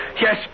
Yes